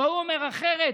וההוא אומר אחרת.